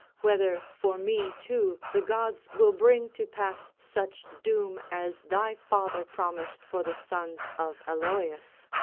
whether for me too the gods will bring to pass such doom as thy father promised for the sons of aloeus.